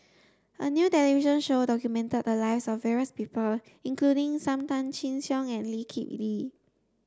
a new television show documented the lives of various people including Sam Tan Chin Siong and Lee Kip Lee